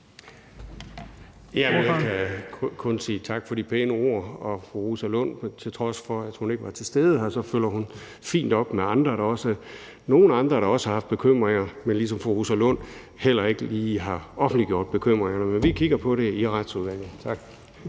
jeg kan kun sige tak for de pæne ord. Til trods for at fru Rosa Lund ikke var til stede, følger hun fint efter nogle andre, der også har haft bekymringer, men ligesom fru Rosa Lund heller ikke lige har offentliggjort bekymringerne. Men vi kigger på det i Retsudvalget. Kl.